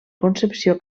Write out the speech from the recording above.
concepció